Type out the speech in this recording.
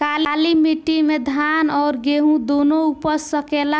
काली माटी मे धान और गेंहू दुनो उपज सकेला?